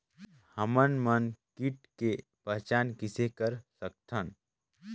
हमन मन कीट के पहचान किसे कर सकथन?